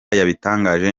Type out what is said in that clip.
yabitangaje